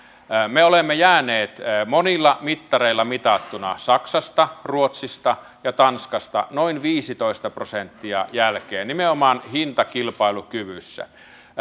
me olemme jääneet monilla mittareilla mitattuna saksasta ruotsista ja tanskasta noin viisitoista prosenttia jälkeen nimenomaan hintakilpailukyvyssä